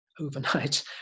overnight